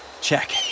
Check